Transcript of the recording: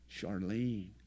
Charlene